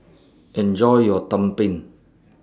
Enjoy your Tumpeng